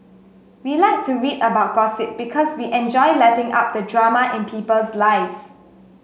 we like to read about gossip because we enjoy lapping up the drama in people's lives